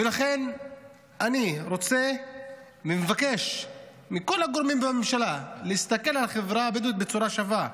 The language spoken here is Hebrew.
לכן אני מבקש מכל הגורמים בממשלה להסתכל על החברה הבדואית בצורה שווה.